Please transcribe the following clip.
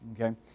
Okay